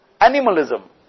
animalism